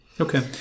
Okay